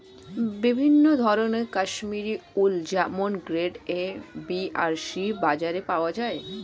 বিভিন্ন ধরনের কাশ্মীরি উল যেমন গ্রেড এ, বি আর সি বাজারে পাওয়া যায়